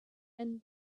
and